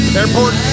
Airport